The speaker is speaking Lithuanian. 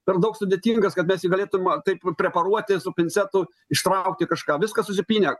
per daug sudėtingas kad mes galėtum taip preparuoti su pincetu ištraukti kažką viskas susipynę